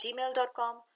gmail.com